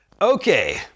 Okay